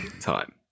time